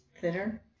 thinner